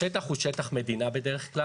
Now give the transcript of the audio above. השטח הוא שטח מדינה בדרך כלל.